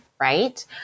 Right